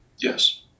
Yes